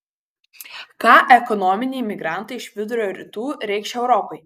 ką ekonominiai migrantai iš vidurio rytų reikš europai